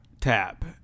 tap